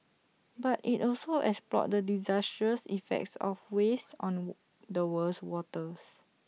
but IT also explored the disastrous effects of waste on the world's waters